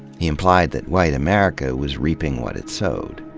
he implied that white america was reaping what it sowed.